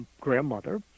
grandmother